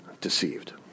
deceived